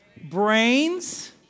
brains